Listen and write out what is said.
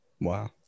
wow